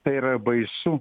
tai yra baisu